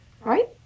right